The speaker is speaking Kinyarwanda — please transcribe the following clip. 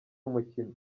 umukino